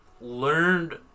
learned